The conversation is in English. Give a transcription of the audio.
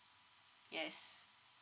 yes